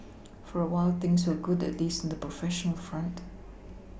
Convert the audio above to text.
for a while things were good at least in the professional front